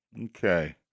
Okay